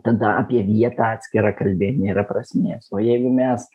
tada apie vietą atskirą kalbėt nėra prasmės o jeigu mes